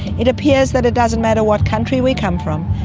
it appears that it doesn't matter what country we come from,